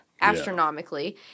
astronomically